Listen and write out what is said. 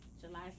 july